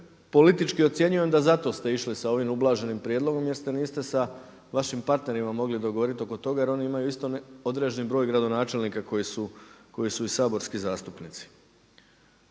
politički ocjenjujem da zato ste išli sa ovim ublaženim prijedlogom jer se niste sa vašim partnerima mogli dogovoriti oko toga jer oni imaju isto određeni broj gradonačelnika koji su i saborski zastupnici.